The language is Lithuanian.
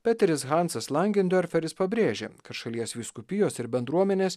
peteris hansas langendiorferis pabrėžė kad šalies vyskupijos ir bendruomenės